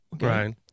right